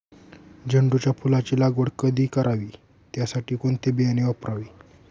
झेंडूच्या फुलांची लागवड कधी करावी? त्यासाठी कोणते बियाणे वापरावे?